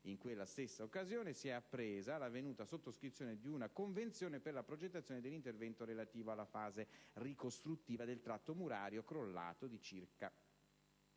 In quella stessa occasione si è appresa l'avvenuta sottoscrizione di una convenzione per la progettazione dell'intervento relativo alla fase ricostruttiva del tratto murario crollato di circa